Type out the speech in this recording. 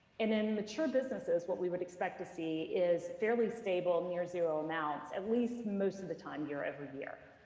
and in mature businesses, what we would expect to see is fairly stable, near-zero amounts, at least most of the time, year over year.